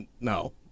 no